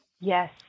Yes